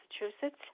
Massachusetts